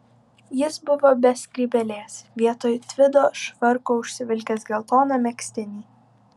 jis buvo be skrybėlės vietoj tvido švarko užsivilkęs geltoną megztinį